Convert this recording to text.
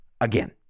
again